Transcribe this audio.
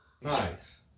Nice